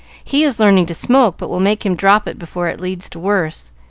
he is learning to smoke, but we'll make him drop it before it leads to worse.